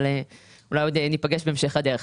אבל אולי עוד ניפגש בהמשך הדרך.